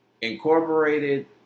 Incorporated